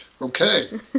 Okay